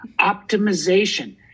Optimization